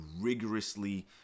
rigorously